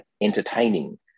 entertaining